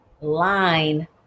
line